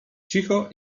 cicho